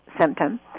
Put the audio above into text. symptom